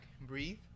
breathe